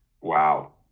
wow